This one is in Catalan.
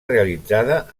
realitzada